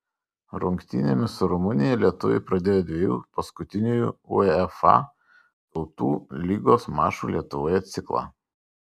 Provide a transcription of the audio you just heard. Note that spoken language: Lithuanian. rungtynėmis su rumunija lietuviai pradėjo dviejų paskutinių uefa tautų lygos mačų lietuvoje ciklą